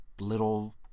little